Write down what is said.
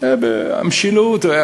המשילות,